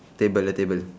table lah table